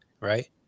right